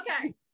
Okay